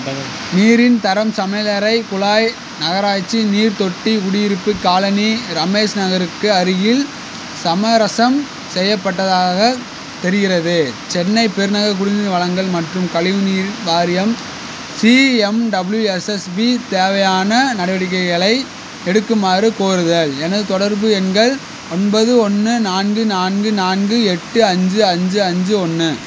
நீரின் தரம் சமையலறை குழாய் நகராட்சி நீர்த்தொட்டிக் குடியிருப்பு காலனி ரமேஷ் நகருக்கு அருகில் சமரசம் செய்யப்பட்டதாகத் தெரிகிறது சென்னைப் பெருநகர குடிநீர் வழங்கல் மற்றும் கழிவுநீர் வாரியம் சிஎம்டபிள்யூஎஸ்எஸ்பி தேவையான நடவடிக்கைகளை எடுக்குமாறுக் கோருதல் எனது தொடர்பு எண்கள் ஒன்பது ஒன்று நான்கு நான்கு நான்கு எட்டு அஞ்சு அஞ்சு அஞ்சு ஒன்று